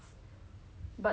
it's not